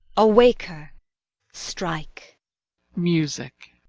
awake her strike music.